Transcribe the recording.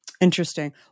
Interesting